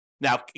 Now